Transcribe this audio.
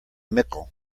mickle